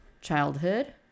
childhood